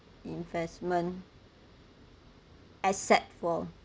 investment asset for